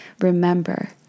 remember